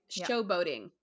showboating